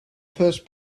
first